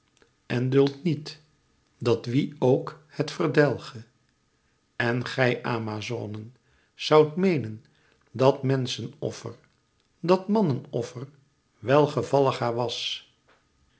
en duldt niet dat wie ok het verdelge en gij amazonen zoudt meenen dat menschenoffer dat mànnenoffer welgevallig haar was